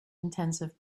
intensive